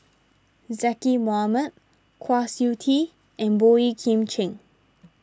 Zaqy Mohamad Kwa Siew Tee and Boey Kim Cheng